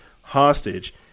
hostage